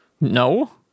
No